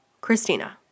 Christina